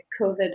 COVID